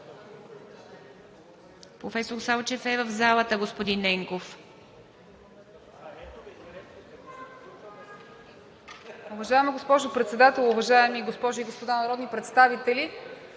Професор Салчев е в залата, господин Ненков.